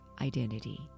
identity